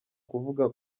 kuvuga